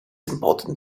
important